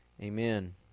amen